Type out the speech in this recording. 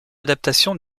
adaptation